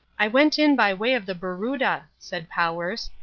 i went in by way of the barooda, said powers.